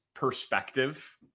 perspective